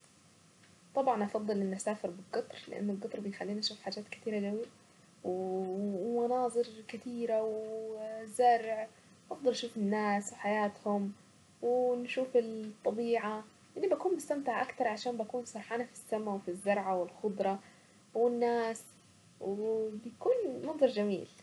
لو هوصف منزل احلامي هيكون بيت بسيط على البحر وهيكون مدهون بالفانيلا لاتيه وهيكون فيه شباك كبير يطل على المية البحر دي ويكون فيه شباك صغير تاني ازرع فيه ورد ويكون من جوا متقسم ويكون دافي ودايما يكون فيه موسيقى هادية كده شغالة.